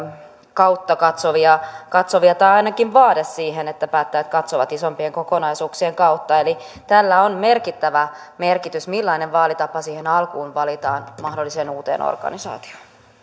kautta katsovia katsovia tai ainakin vaade siihen että päättäjät katsovat isompien kokonaisuuksien kautta eli tällä on merkittävä merkitys millainen vaalitapa siinä alussa valitaan mahdolliseen uuteen organisaatioon